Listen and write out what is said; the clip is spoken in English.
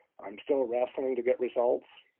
i'm still wrestling to get results.